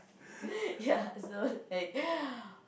ya so like